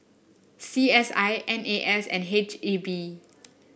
C S I N A S and H E B